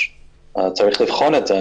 צריך לבחון את זה.